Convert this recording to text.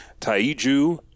Taiju